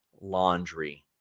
laundry